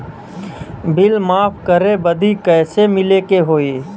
Bill माफ करे बदी कैसे मिले के होई?